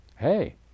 Hey